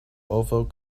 ovo